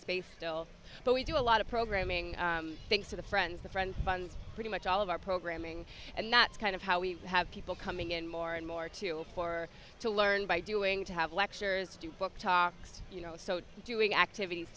space but we do a lot of programming thanks to the friends the friends runs pretty much all of our programming and that's kind of how we have people coming in more and more to for to learn by doing to have lectures do book talks you know so doing activities